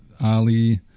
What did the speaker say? Ali